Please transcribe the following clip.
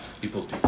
people